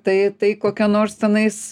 tai tai kokia nors tenais